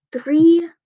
Three